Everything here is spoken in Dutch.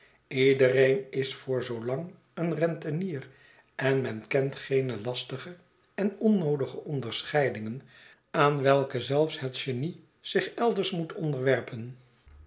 iedereen is voor zoolang een rentenier en men kent geene lastige en onnoodige onderscheidingen aan welke zelfs het genie zich elders moet onderwerpen